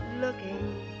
looking